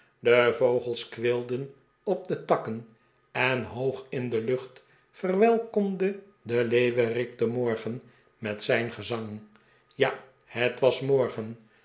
de vogels kweelden op de takken en hoog in de lucht verwelkomde de leeuwerik den morgen met zijn gezang ja het was morgen